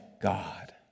God